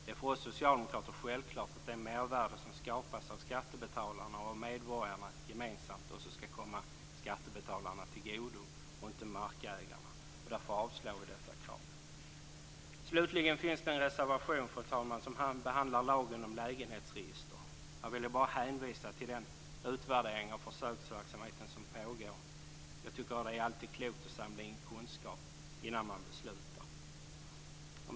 Det är för oss socialdemokrater självklart att det mervärde som skapats av skattebetalarna och medborgarna gemensamt också skall komma skattebetalarna till godo i stället för markägarna. Därför avslår vi detta krav. Slutligen finns det en reservation, fru talman, som behandlar lagen om lägenhetsregister. Jag ville bara hänvisa till den utvärdering av försöksverksamheten som pågår. Det är alltid klokt att samla in kunskap innan man beslutar.